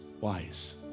wise